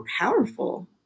powerful